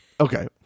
Okay